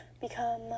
become